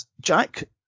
Jack